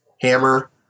hammer